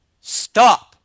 stop